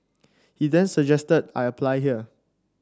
he then suggested I apply here